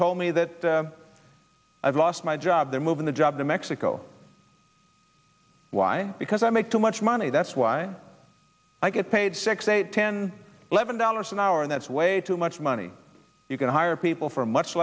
told me that i've lost my job they're moving the job to mexico why because i make too much money that's why i get paid six eight ten eleven dollars an hour and that's way too much money you can hire people for much